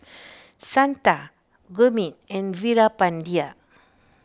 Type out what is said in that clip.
Santha Gurmeet and Veerapandiya